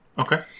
Okay